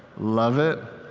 love it.